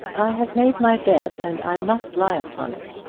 i have made my bed, and i must lie upon it,